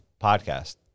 podcast